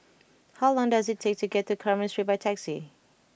how long does it take to get to Carmen Street by taxi